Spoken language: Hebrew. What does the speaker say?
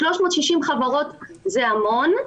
360 חברות, זה המון.